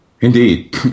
Indeed